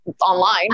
online